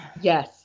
Yes